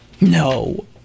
No